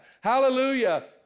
Hallelujah